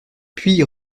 puis